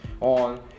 on